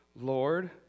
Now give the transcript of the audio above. Lord